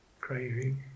Craving